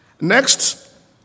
Next